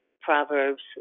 Proverbs